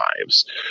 lives